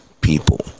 people